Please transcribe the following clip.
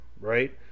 Right